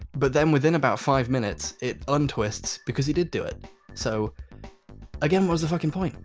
but then within about five minutes it untwists because he did do it so again what was the fucking point?